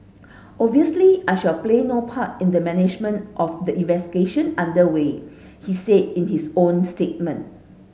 obviously I shall play no part in the management of the investigation under way he said in his own statement